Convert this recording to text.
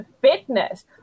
Fitness